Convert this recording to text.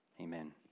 Amen